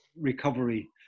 recovery